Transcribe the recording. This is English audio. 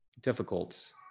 difficult